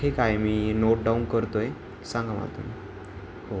ठीक आहे मी नोट डाऊन करतो आहे सांगा मला तुम्ही हो